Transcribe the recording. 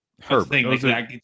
Herbert